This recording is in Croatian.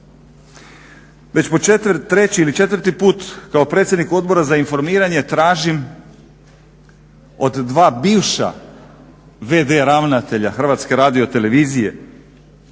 Već po treći ili četvrti put kao predsjednik Odbora za informiranje tražim od dva bivša vd ravnatelja Hrvatske radio televizije